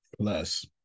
plus